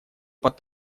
под